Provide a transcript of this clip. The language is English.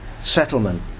settlement